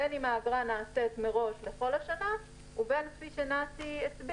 בין אם האגרה היא לשנה ובין אם כמו שנתי הסביר,